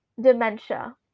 dementia